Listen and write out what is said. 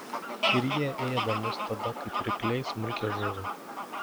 ir jie ėda mus tada kaip rykliai smulkią žuvį